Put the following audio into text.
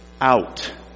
out